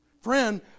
Friend